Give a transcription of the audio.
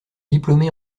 diplômé